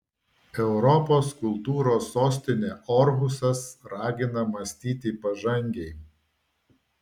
europos kultūros sostinė orhusas ragina mąstyti pažangiai